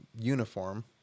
uniform